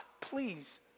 please